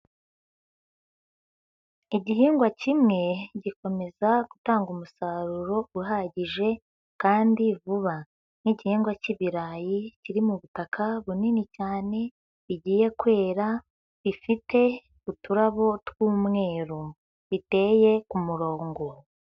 Igihingwa kimwe gikomeza gutanga umusaruro uhagije kandi vuba, nk'igihingwa cy'ibirayi kiri mu butaka bunini cyane bigiye kwera, bifite uturabo tw'umweru, biteye ku murongo.